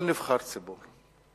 כל נבחר ציבור,